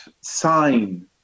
sign